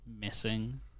missing